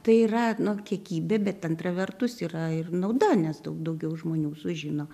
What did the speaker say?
tai yra nu kiekybė bet antra vertus yra ir nauda nes daug daugiau žmonių sužino